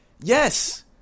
yes